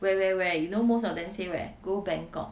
where where where you know most of them say where go bangkok